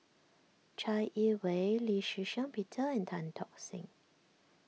Chai Yee Wei Lee Shih Shiong Peter and Tan Tock Seng